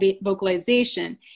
vocalization